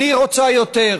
אני רוצה יותר.